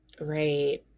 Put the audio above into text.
Right